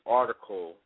article